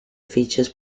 features